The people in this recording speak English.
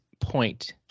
point